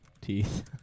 teeth